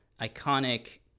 iconic